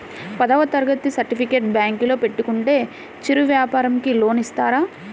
పదవ తరగతి సర్టిఫికేట్ బ్యాంకులో పెట్టుకుంటే చిరు వ్యాపారంకి లోన్ ఇస్తారా?